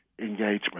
engagement